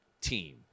team